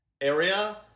area